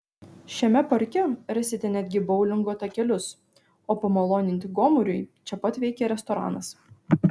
šiame parke rasite netgi boulingo takelius o pamaloninti gomuriui čia pat veikia restoranas